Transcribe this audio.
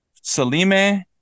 Salime